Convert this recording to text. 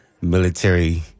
military